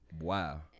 wow